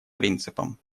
принципом